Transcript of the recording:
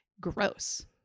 gross